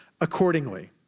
accordingly